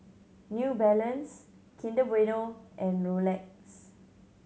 New Balance Kinder Bueno and Rolex